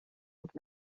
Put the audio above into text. mot